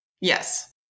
Yes